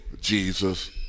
Jesus